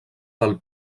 del